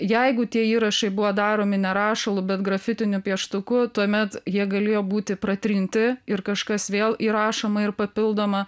jeigu tie įrašai buvo daromi ne rašalu bet grafitiniu pieštuku tuomet jie galėjo būti pratrinti ir kažkas vėl įrašoma ir papildoma